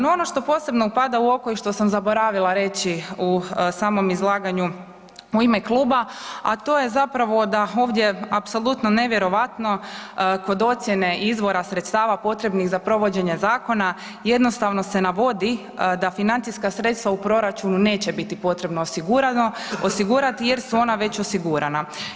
No ono što posebno upada u oko i što sam zaboravila reći u samom izlaganja u ime kluba a to je zapravo da ovdje apsolutno nevjerovatno kod ocjene izvora sredstava potrebnih za provođenje zakona jednostavno se navodi da financijska sredstva u proračunu neće biti potrebno osigurati jer su ona već osigurana.